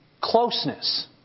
Closeness